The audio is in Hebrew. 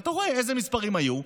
אתה רואה איזה מספרים היו,